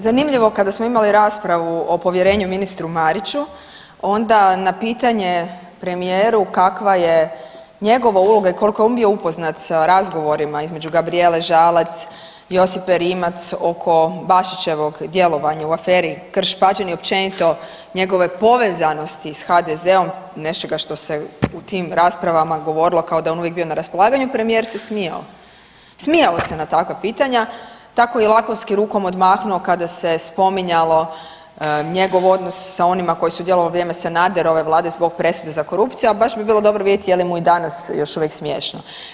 Zanimljivo, kada smo imali raspravu o povjerenju ministru Mariću, onda na pitanje premijeru kakva je njegova uloga i koliko je on bio upoznat sa razgovorima između Gabrijele Žalac, Josipe Rimac oko Bašićevog djelovanja u aferi Krš-Pađene i općenito njegove povezanosti s HDZ-om, nečega što se u tim raspravama govorilo kao da je on uvijek bio na raspolaganju, premijer se smijao, smijao se na takva pitanja, tako je i lakonski rukom odmahnuo kada se spominjalo njegov odnos sa onima koji su djelovali u vrijeme Sanaderove Vlade zbog presude za korupciju, a baš bi bilo dobro vidjeti je li mu i danas još uvijek smiješno.